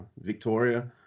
Victoria